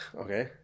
Okay